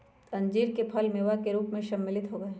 अंजीर के फल मेवा के रूप में सम्मिलित होबा हई